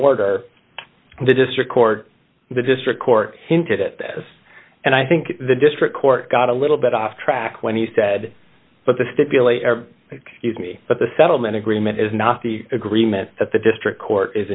order of the district court the district court hinted at this and i think the district court got a little bit off track when he said but the stipulate excuse me but the settlement agreement is not the agreement that the district court is